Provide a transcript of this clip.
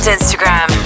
Instagram